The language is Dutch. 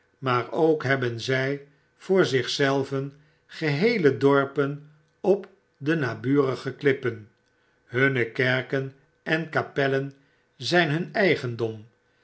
maar ook hebben zy voor zich zelven geheele dorpen op de naburige klippen hunne kerken en kapellen zyn hun eigendom